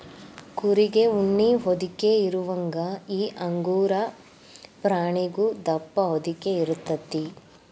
ಕುರಿಗೆ ಉಣ್ಣಿ ಹೊದಿಕೆ ಇರುವಂಗ ಈ ಅಂಗೋರಾ ಪ್ರಾಣಿಗು ದಪ್ಪ ಹೊದಿಕೆ ಇರತತಿ